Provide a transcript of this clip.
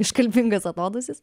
iškalbingas atodūsis